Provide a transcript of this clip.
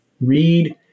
read